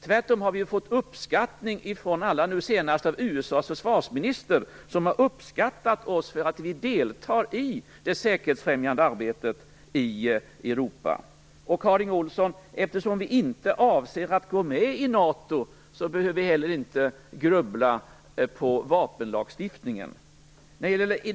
Tvärtom har vi fått uppskattning från alla, nu senast från USA:s försvarsminister, för att vi deltar i det säkerhetsfrämjande arbetet i Europa. Till Karin Olsson vill jag säga att vi inte behöver grubbla på vapenlagstiftningen eftersom vi inte avser att gå med i NATO.